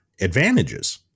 advantages